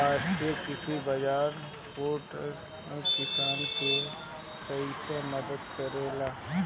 राष्ट्रीय कृषि बाजार पोर्टल किसान के कइसे मदद करेला?